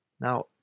Now